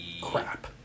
Crap